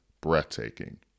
breathtaking